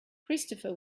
christopher